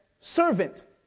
servant